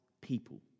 people